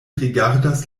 rigardas